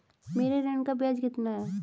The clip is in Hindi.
मेरे ऋण का ब्याज कितना है?